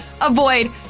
avoid